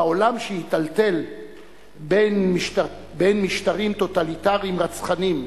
בעולם שהיטלטל בין משטרים טוטליטריים רצחניים,